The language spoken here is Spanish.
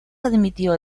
admitió